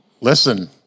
Listen